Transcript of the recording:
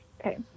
Okay